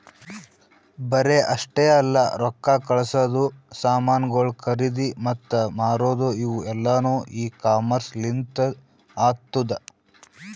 ಬರೇ ಅಷ್ಟೆ ಅಲ್ಲಾ ರೊಕ್ಕಾ ಕಳಸದು, ಸಾಮನುಗೊಳ್ ಖರದಿ ಮತ್ತ ಮಾರದು ಇವು ಎಲ್ಲಾನು ಇ ಕಾಮರ್ಸ್ ಲಿಂತ್ ಆತ್ತುದ